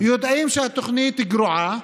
ולמרות שאנחנו יודעים שהתוכנית גרועה,